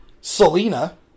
Selena